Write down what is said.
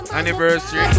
anniversary